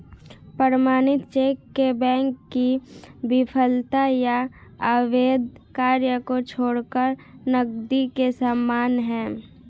प्रमाणित चेक में बैंक की विफलता या अवैध कार्य को छोड़कर नकदी के समान है